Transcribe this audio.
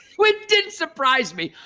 which didn't surprise me.